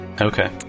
Okay